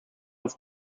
auf